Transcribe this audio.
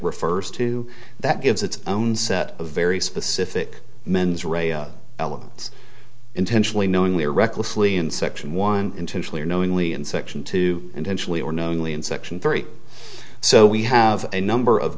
refers to that gives its own set of very specific mens rea elements intentionally knowingly or recklessly in section one intentionally or knowingly in section two intentionally or knowingly in section three so we have a number of